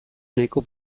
nahiko